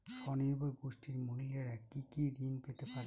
স্বনির্ভর গোষ্ঠীর মহিলারা কি কি ঋণ পেতে পারে?